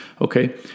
Okay